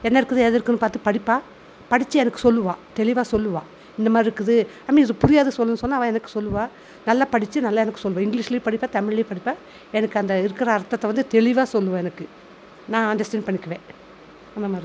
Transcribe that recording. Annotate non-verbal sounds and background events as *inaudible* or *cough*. என்ன இருக்குது ஏது இருக்குதுனு பார்த்து படிப்பாள் படித்து எனக்கு சொல்லுவா தெளிவாக சொல்லுவாள் இந்த மாதிரி இருக்குது அம்மி இது புரியாது சொல்லுனு சொன்னால் அவள் எனக்கு சொல்லுவாள் நல்லா படித்து நல்லா எனக்கு சொல்வாள் இங்கிலிஷ்லேயும் படிப்பாள் தமிழ்லேயும் படிப்பாள் எனக்கு அந்த இருக்கிற அர்த்தத்தை வந்து தெளிவாக சொல்லுவாள் எனக்கு நான் அண்டர்ஸ்டாண்ட் பண்ணிக்குவேன் *unintelligible*